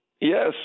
Yes